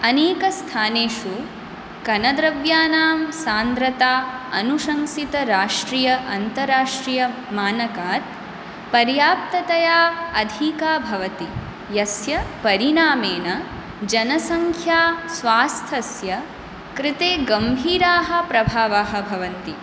अनेकस्थानेषु कनद्रव्याणां सान्द्रता अनुशंसितराष्ट्रीय अन्तराष्ट्रीयमानकात् पर्याप्ततया अधिका भवति यस्य परिणामेन जनसंख्या स्वास्थस्य कृते गम्भीराः प्रभावाः भवन्ति